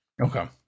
Okay